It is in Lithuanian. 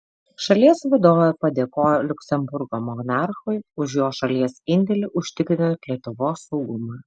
šalies vadovė padėkojo liuksemburgo monarchui už jo šalies indėlį užtikrinant lietuvos saugumą